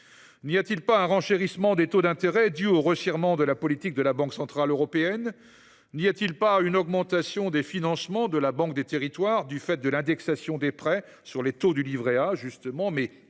N’y a t il pas un renchérissement des taux d’intérêt dû au resserrement de la politique de la Banque centrale européenne ? N’y a t il pas une augmentation des financements de la Banque des territoires du fait de l’indexation des prêts sur le taux du livret A, insuffisamment